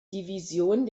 division